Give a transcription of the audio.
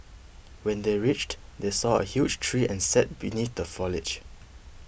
when they reached they saw a huge tree and sat beneath the foliage